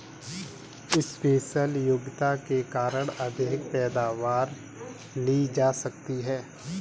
special योग्यता के कारण अधिक पैदावार ली जा सकती है